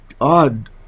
odd